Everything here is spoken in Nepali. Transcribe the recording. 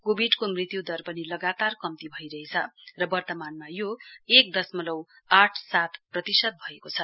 कोविडको मृत्यु दर पनि लगातार कम्ती भइरहेछ र वर्तमानमा यो एक दसमलक आठ सात प्रतिशत भएको छ